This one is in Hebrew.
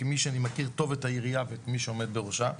כמי שמכיר טוב את העירייה ואת מי שעומד בראשה,